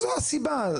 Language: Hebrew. זאת הסיבה.